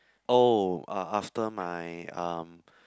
oh uh after my um